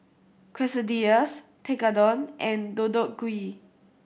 Quesadillas Tekkadon and Deodeok Gui